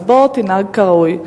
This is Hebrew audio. בוא ותנהג כראוי.